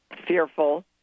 fearful